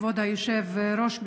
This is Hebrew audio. כבוד היושב-ראש,